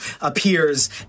appears